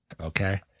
Okay